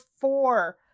four